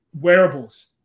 wearables